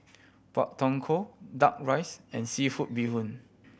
Pak Thong Ko Duck Rice and seafood bee hoon